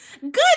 good